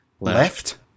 left